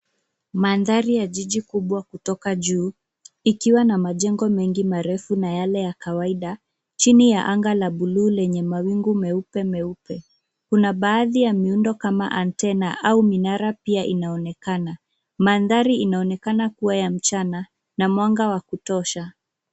Mandhari ya jiji kubwa kutoka juu, ikiwa na majengo mengi marefu na yale ya kawaida, chini ya angal a buluu lenye mawingu meupe meupe. Kuna baadhi ya miundo kama antena au minara pia inaonekana. Mandhari inaonekana kuwa ya mchana na mwanga wakutosha.